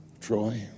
Troy